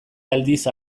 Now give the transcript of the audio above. aldiz